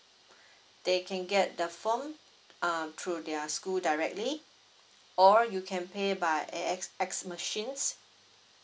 they can get the form err through their school directly or you can pay by A_X_S machines